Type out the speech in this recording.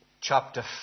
chapter